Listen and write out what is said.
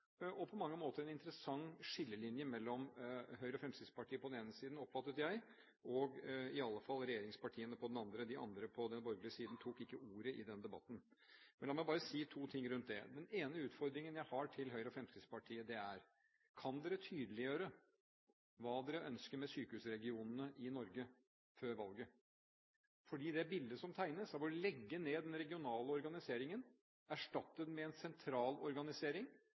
viste på mange måter en interessant skillelinje mellom Høyre og Fremskrittspartiet på den ene siden, oppfattet jeg, og i alle fall regjeringspartiene på den andre. De andre på den borgerlige siden tok ikke ordet i den debatten. La meg bare si to ting rundt det. Den ene utfordringen jeg har til Høyre og Fremskrittspartiet, er: Kan dere før valget tydeliggjøre hva dere ønsker med sykehusregionene i Norge? For det tegnes et bilde hvor man ønsker å legge ned den regionale organiseringen og erstatte den med en sentral organisering